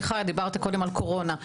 דיברת קודם על קורונה.